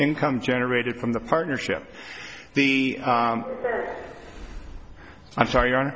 income generated from the partnership the i'm sorry i'm